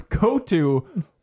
go-to